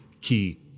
key